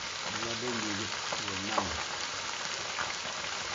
Nyaa bombéede ngi gmaangu.